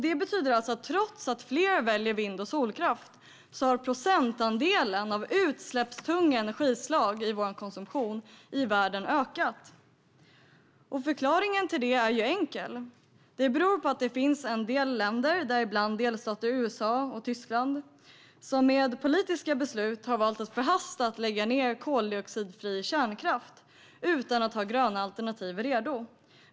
Detta betyder att trots att fler väljer vind och solkraft har procentandelen av världens konsumtion av utsläppstunga energislag ökat. Förklaringen till detta är enkel. Det beror på att det finns en del länder, däribland delstater i USA och Tyskland, som med politiska beslut har valt att förhastat lägga ned koldioxidfri kärnkraft utan att ha gröna alternativ redo.